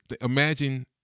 imagine